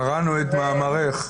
קראנו את מאמרך,